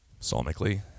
psalmically